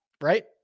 right